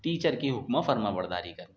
teacher کی حکم فرمانبرداری کرنے